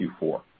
Q4